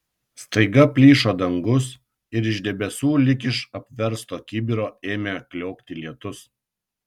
staiga plyšo dangus ir iš debesų lyg iš apversto kibiro ėmė kliokti lietus